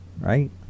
right